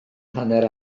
hanner